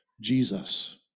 Jesus